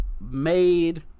made